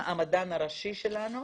המדען הראשי שלנו.